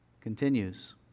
Continues